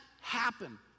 happen